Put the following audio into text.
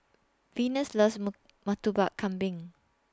Venus loves Murtabak Kambing